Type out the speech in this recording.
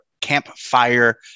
campfire